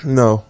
no